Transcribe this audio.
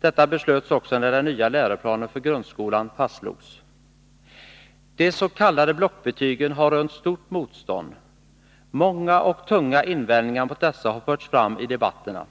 Detta beslöts också när den nya läroplanen för grundskolan fastslogs. De s.k. blockbetygen har rönt stort motstånd. Många och tunga invändningar mot dessa har förts fram i debatterna.